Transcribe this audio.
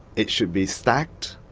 it should be stacked,